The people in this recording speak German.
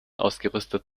ausgerüstet